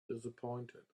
disappointed